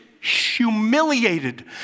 humiliated